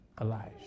Elijah